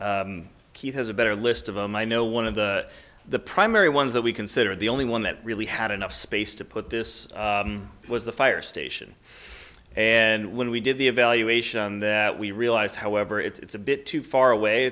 key has a better list of them i know one of the the primary ones that we consider the only one that really had enough space to put this was the fire station and when we did the evaluation that we realized however it's a bit too far away